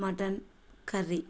mutton curry